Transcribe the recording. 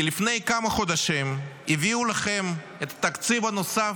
כי לפני כמה חודשים הביאו לכם את התקציב הנוסף,